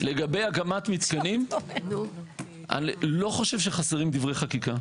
הקמת מתקנים, אני לא חושב שחסרים דברי חקיקה.